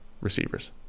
receivers